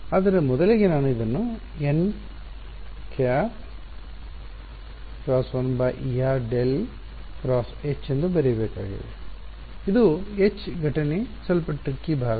ಆದ್ದರಿಂದ ಮೊದಲಿಗೆ ನಾನು ಇದನ್ನು ಎಂದು ಬರೆಯಬೇಕಾಗಿದೆ ಇದು H ಘಟನೆ ಸ್ವಲ್ಪ ಟ್ರಿಕಿ ಭಾಗ